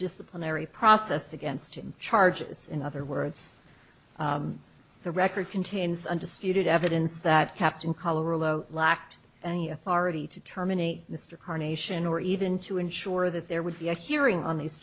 disciplinary process against charges in other words the record contains undisputed evidence that kept in colorado lacked any authority to terminate mr carnation or even to ensure that there would be a hearing on these